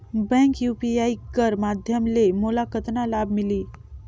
Bank UPI कर माध्यम ले मोला कतना लाभ मिली?